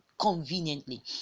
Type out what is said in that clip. conveniently